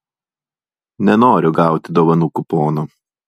nenoriu gauti dovanų kupono